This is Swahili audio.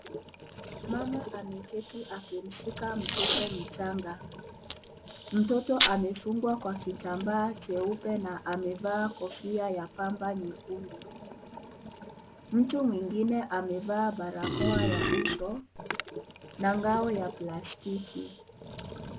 Mama ameketi akimshika mtoto mchanga. Mtoto amefungwa kwa kitambaa cheupe na amevaa kofia ya kamba nyekundu. Mtu mwingine amevaa barakoa ya uso, na ngao ya plastiki.